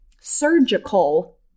surgical